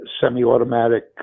semi-automatic